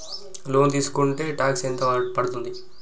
Loan తీస్కుంటే tax ఎంత పడ్తుంది?